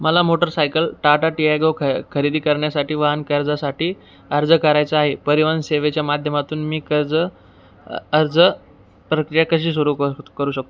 मला motorcycle Tata Tiago ख खरेदी करण्यासाठी वाहन कर्जासाठी अर्ज करायचा आहे परिवहन सेवेच्या माध्यमातून मी कर्ज अर्ज प्रक्रिया कशी सुरू करू करू शकतो